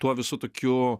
tuo visu tokiu